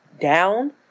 down